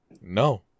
no